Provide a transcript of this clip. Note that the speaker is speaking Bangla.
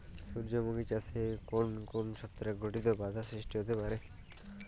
সূর্যমুখী চাষে কোন কোন ছত্রাক ঘটিত বাধা সৃষ্টি হতে পারে?